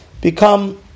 become